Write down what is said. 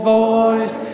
voice